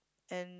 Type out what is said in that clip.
and